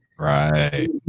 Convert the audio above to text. Right